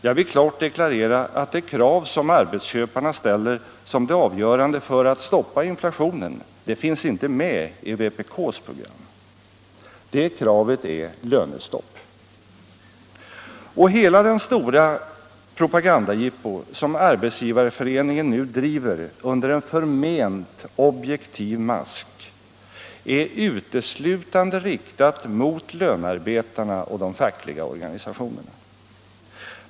Jag vill klart deklarera att det krav som arbetsköparna ställer som det avgörande för att stoppa inflationen, det finns inte med i vpk:s program. Det kravet är lönestopp. Och hela det stora propagandajippo som Arbetsgivareföreningen nu driver under en förment objektiv mask är uteslutande riktat mot lönarbetarna och de fackliga organisationerna.